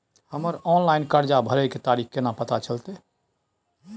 हमर ऑनलाइन कर्जा भरै के तारीख केना पता चलते?